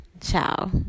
Ciao